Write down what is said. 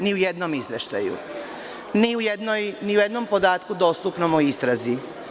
Ni u jednom izveštaju, ni u jednom podatku dostupnom o istrazi.